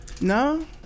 No